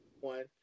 one